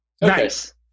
Nice